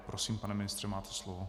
Prosím, pane ministře, máte slovo.